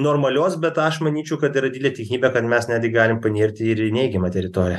normalios bet aš manyčiau kad yra didlė tikimybė kad mes netgi galim panirti ir į neigiamą teritoriją